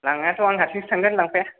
लांनायाथ' आं हारसिं सो थांगोन लांफाया